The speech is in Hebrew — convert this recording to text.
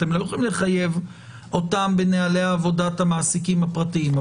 אתם לא יכולים לחייב אותם בנהלי עבודת המעסיקים הפרטיים.